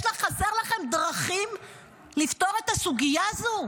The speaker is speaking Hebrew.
חסרות לכם דרכים לפתור את הסוגיה הזו?